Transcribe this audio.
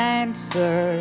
answer